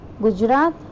Gujarat